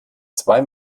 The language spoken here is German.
zwei